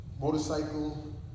motorcycle